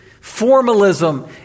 formalism